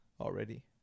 already